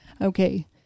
Okay